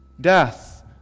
death